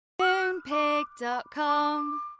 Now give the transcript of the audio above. Moonpig.com